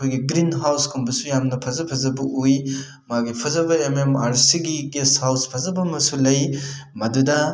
ꯑꯩꯈꯣꯏꯒꯤ ꯒ꯭ꯔꯤꯟ ꯍꯥꯎꯁꯀꯨꯝꯕꯁꯨ ꯌꯥꯝꯅ ꯐꯖ ꯐꯖꯕ ꯎꯏ ꯃꯥꯒꯤ ꯐꯖꯕ ꯑꯦꯝ ꯑꯦꯝ ꯑꯥꯔ ꯁꯤꯒꯤ ꯒꯦꯁ ꯍꯥꯎꯁ ꯐꯖꯕ ꯑꯃꯁꯨ ꯂꯩ ꯃꯗꯨꯗ